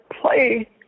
play